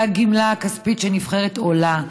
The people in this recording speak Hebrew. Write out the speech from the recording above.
והגמלה הכספית שנבחרת עולה,